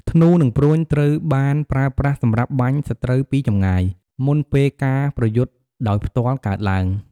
ធ្នូ និងព្រួញត្រូវបានប្រើប្រាស់សម្រាប់បាញ់សត្រូវពីចម្ងាយ មុនពេលការប្រយុទ្ធដោយផ្ទាល់កើតឡើង។